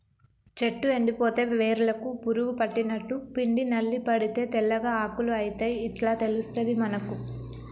చెట్టు ఎండిపోతే వేర్లకు పురుగు పట్టినట్టు, పిండి నల్లి పడితే తెల్లగా ఆకులు అయితయ్ ఇట్లా తెలుస్తది మనకు